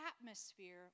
atmosphere